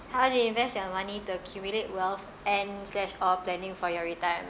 how do you invest your money to accumulate wealth and slash or planning for your retirement